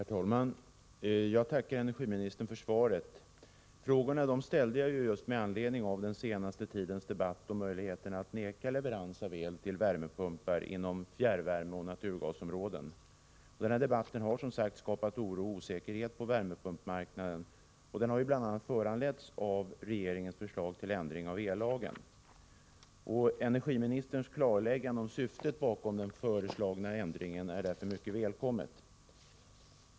Herr talman! Jag tackar energiministern för svaret. Jag ställde mina frågor just med anledning av den senaste tidens debatt om möjligheterna att vägra leverans av el till värmepumpar inom fjärrvärmeoch naturgasområden. Den debatten har skapat oro och osäkerhet på värmepumpsmarknaden och har bl.a. föranletts av regeringens förslag till ändring av ellagen. Energiministerns klarläggande av syftet bakom den föreslagna ändringen är därför mycket välkommet.